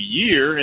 year